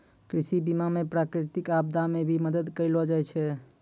कृषि बीमा मे प्रकृतिक आपदा मे भी मदद करलो जाय छै